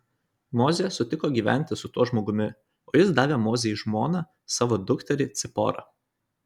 mozė sutiko gyventi su tuo žmogumi o jis davė mozei žmona savo dukterį ciporą